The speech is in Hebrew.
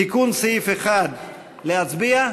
"תיקון סעיף 1". להצביע?